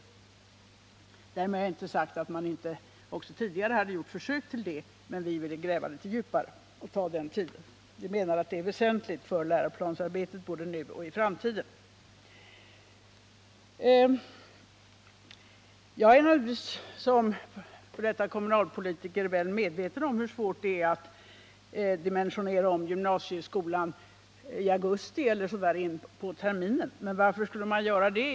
— Därmed har jag naturligtvis inte velat säga att man inte också tidigare hade försökt göra detta, men vi ville gräva litet djupare och ta den tid på oss som detta arbete krävde. Vi menar att detta är viktigt för läroplansarbetet både nu och i framtiden. Som f. d. kommunalpolitiker är jag naturligtvis medveten om hur svårt det är att börja dimensionera om gymnasieskolan i augusti eller en bit in på terminen, men varför skulle man göra det?